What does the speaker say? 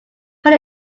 put